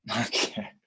okay